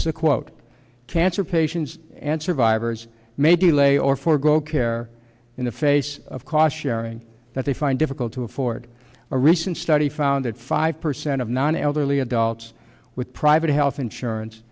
is a quote cancer patients and survivors maybe lay or forgo care in the face of caution erring that they find difficult to afford a recent study found that five percent of non elderly adults with private health insurance